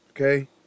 okay